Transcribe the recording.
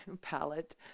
palette